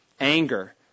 Anger